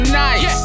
nice